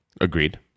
Agreed